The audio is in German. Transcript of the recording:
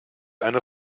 eine